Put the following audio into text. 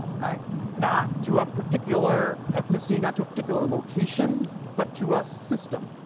right not to a particular ethnicity not to a particular location but to a system